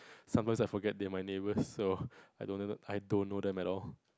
sometimes I forgot their my neighbours so I don't I don't know them at all